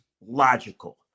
logical